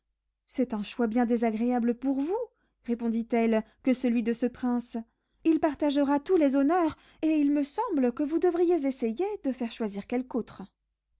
c'est un choix bien désagréable pour vous répondit-elle que celui de ce prince il partagera tous les honneurs et il me semble que vous devriez essayer de faire choisir quelque autre